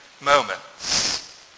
moments